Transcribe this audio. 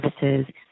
services